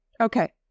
Okay